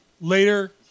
later